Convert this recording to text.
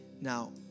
Now